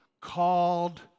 called